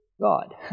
God